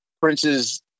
Prince's